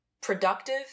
productive